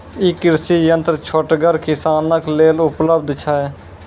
ई कृषि यंत्र छोटगर किसानक लेल उपलव्ध छै?